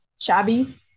shabby